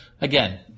Again